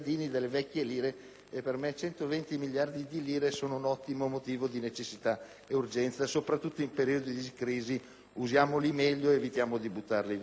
Per me 120 miliardi di lire sono un ottimo motivo di necessità e urgenza e, soprattutto in periodi di crisi, cerchiamo di usarli meglio ed evitare di buttarli via.